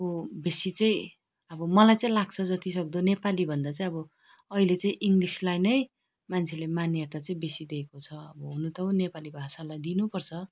को बेसी चाहिँ अब मलाई चाहिँ लाग्छ जत्तिसक्दो नेपालीभन्दा चाहिँ अब अहिले चाहिँ इङ्गलिसलाई नै मान्छेले मान्यता चाहिँ बेसी दिएको छ अब हुनु त हो नेपाली भाषालाई दिनुपर्छ